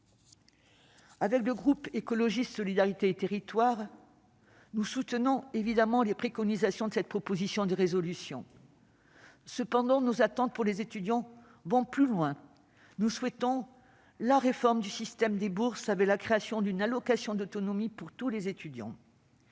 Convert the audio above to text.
du groupe Écologiste -Solidarité et Territoires, soutenons évidemment les préconisations de cette proposition de résolution. Cependant, nos attentes pour les étudiants vont plus loin. Nous souhaitons la réforme du système de bourse la création d'une allocation d'autonomie pour tous les étudiants